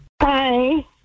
Hi